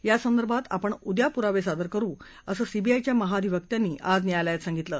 यासंदर्भात आपण पुरावे उद्या पुरावे सादर करु असं सीबीआयच्या महाधिवक्त्यानी आज न्यायालयात सांगितलं